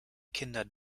kinder